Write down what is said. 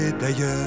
d'ailleurs